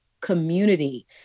community